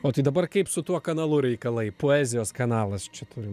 o tai dabar kaip su tuo kanalu reikalai poezijos kanalas čia turim